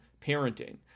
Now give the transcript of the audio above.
parenting